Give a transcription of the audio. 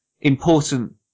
important